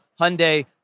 Hyundai